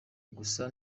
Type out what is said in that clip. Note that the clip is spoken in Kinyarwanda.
gusa